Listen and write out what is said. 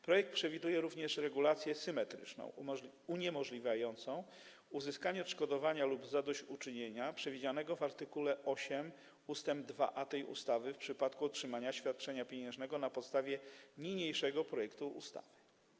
Projekt przewiduje również regulację symetryczną, uniemożliwiającą uzyskanie odszkodowania lub zadośćuczynienia przewidzianego w art. 8 ust. 2a tej ustawy w przypadku otrzymania świadczenia pieniężnego na podstawie niniejszego projektu ustawy.